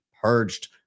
purged